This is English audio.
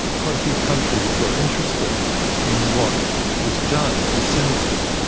quite a few countries were interested in what was done at yosemite,